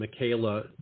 Michaela